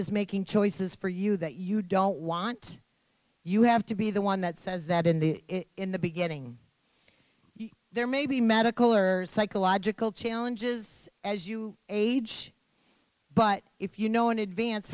is making choices for you that you don't want you have to be the one that says that in the in the beginning there may be medical or psychological challenges as you age but if you know in advance